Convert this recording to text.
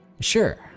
Sure